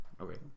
Okay